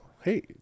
Hey